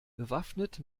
bewaffnet